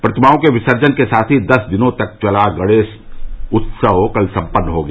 प्रतिमाओं के विसर्जन के साथ ही दस दिनों तक चला गणेश उत्सव कल सम्पन्न हो गया